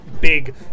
big